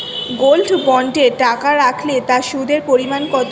Gold বন্ডে টাকা রাখলে তা সুদের পরিমাণ কত?